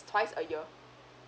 twice a year